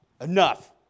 enough